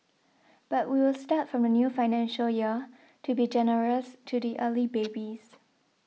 but we will start from the new financial year to be generous to the early babies